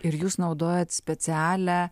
ir jūs naudojat specialią